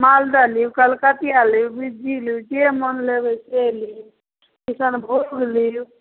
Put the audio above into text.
मालदह लिअऽ कलकतिआ लिअऽ बिज्जू लिअऽ जे मोन लेबै से लिअऽ किसनभोग लिअऽ